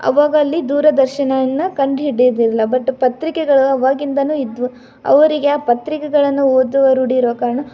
ಅವಾಗ ಅಲ್ಲಿ ದೂರದರ್ಶನನ ಕಂಡು ಹಿಡಿದಿರಿಲ್ಲ ಬಟ್ ಪತ್ರಿಕೆಗಳು ಅವಾಗಿಂದನು ಇದ್ದವು ಅವರಿಗೆ ಆ ಪತ್ರಿಕೆಗಳನ್ನು ಓದುವ ರೂಢಿಯಿರೋ ಕಾರಣ